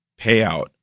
payout